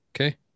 okay